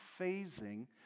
phasing